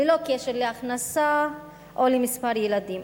ללא קשר להכנסה או למספר ילדים.